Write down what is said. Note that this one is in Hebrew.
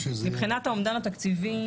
מבחינת האומדן התקציבי,